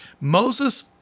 Moses